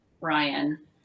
Ryan